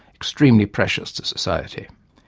extremely precious to society.